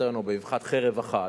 להיפטר ממנו באבחת חרב אחת,